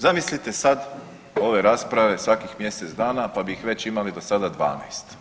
Zamislite sad ove rasprave svakih mjesec dana, pa bi ih već imali do sada 12.